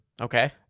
Okay